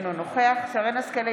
אינו נוכח שרן מרים השכל,